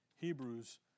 Hebrews